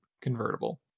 convertible